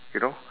you know